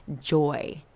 joy